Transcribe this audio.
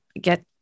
get